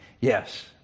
Yes